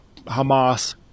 Hamas